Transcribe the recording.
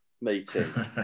meeting